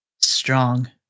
Strong